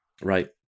Right